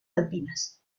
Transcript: alpinas